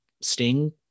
sting